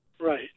right